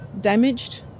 damaged